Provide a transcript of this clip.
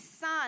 son